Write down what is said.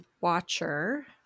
Watcher